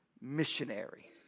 missionary